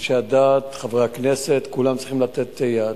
אנשי הדת, חברי הכנסת, כולם צריכים לתת יד.